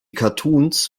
cartoons